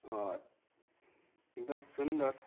एकदम सुन्दर